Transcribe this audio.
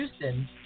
Houston